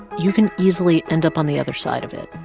you can easily end up on the other side of it,